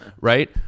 right